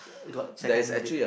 d~ got second date